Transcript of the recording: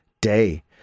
day